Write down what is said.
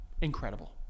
Incredible